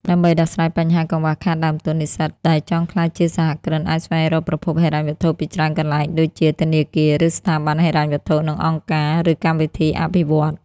ដើម្បីដោះស្រាយបញ្ហាកង្វះខាតដើមទុន និស្សិតដែលចង់ក្លាយជាសហគ្រិនអាចស្វែងរកប្រភពហិរញ្ញវត្ថុពីច្រើនកន្លែងដូចជា ធនាគារ ឬស្ថាប័នហិរញ្ញវត្ថុ និងអង្គការ ឬកម្មវិធីអភិវឌ្ឍន៍។